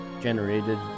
generated